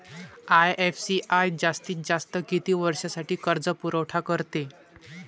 IFCI जास्तीत जास्त किती वर्षासाठी कर्जपुरवठा करते?